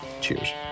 Cheers